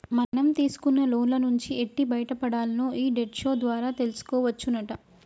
మనం తీసుకున్న లోన్ల నుంచి ఎట్టి బయటపడాల్నో ఈ డెట్ షో ద్వారా తెలుసుకోవచ్చునట